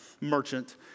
merchant